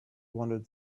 wanted